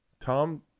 Tom